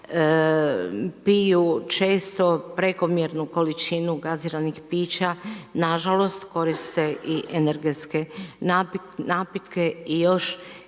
piju često prekomjernu količinu gaziranih pića. Nažalost koriste i energetske napitke. I još